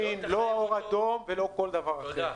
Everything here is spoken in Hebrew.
לא אור אדום, ולא כל דבר אחר.